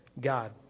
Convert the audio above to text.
God